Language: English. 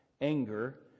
anger